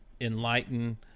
Enlighten